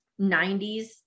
90s